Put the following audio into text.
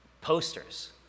posters